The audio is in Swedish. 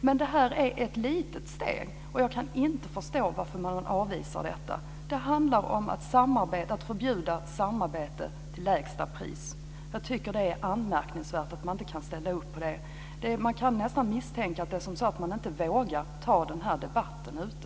Men det här är ett litet steg, och jag kan inte förstå varför man avvisar detta. Det handlar om att förbjuda samarbete kring ett lägsta pris. Jag tycker att det är anmärkningsvärt att man inte kan ställa upp på det. Jag kan nästan misstänka att man inte vågar ta den här debatten ute.